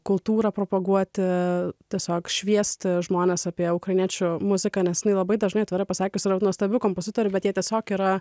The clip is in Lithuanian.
kultūrą propaguoti tiesiog šviesti žmones apie ukrainiečių muziką nes jinai labai dažnai atvirai pasakius nuostabių kompozitorių bet jie tiesiog yra